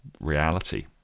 reality